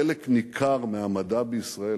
חלק ניכר מהמדע בישראל,